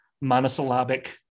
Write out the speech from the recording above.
monosyllabic